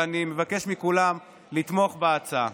ואני מבקש מכולם לתמוך בהצעה.